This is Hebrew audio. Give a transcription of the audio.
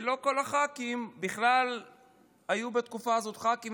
לא כל הח"כים בכלל היו בתקופה הזאת ח"כים,